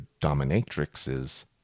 dominatrixes